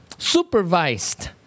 supervised